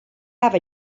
have